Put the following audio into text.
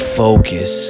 focus